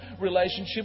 relationship